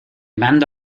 mando